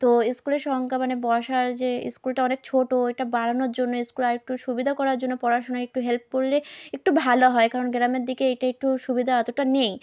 তো স্কুলের সংখ্যা মানে বসার যে স্কুলটা অনেক ছোট এটা বাড়ানোর জন্য স্কুল আর একটু সুবিধা করার জন্য পড়াশোনায় একটু হেল্প করলে একটু ভালো হয় কারণ গ্রামের দিকে এটা একটু সুবিধা এতটা নেই